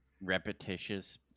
repetitious